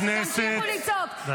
--- חברי הכנסת, די.